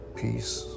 peace